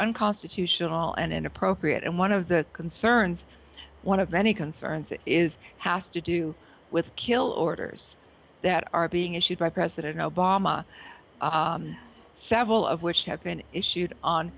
unconstitutional and inappropriate and one of the concerns one of many concerns it is has to do with kill orders that are being issued by president obama several of which have been issued on